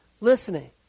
listening